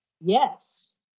Yes